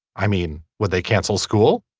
i mean would they cancel school.